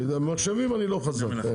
מחשבים אני לא חזק.